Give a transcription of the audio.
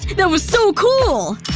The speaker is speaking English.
that was so cool!